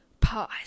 pause